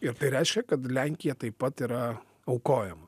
ir tai reiškia kad lenkija taip pat yra aukojama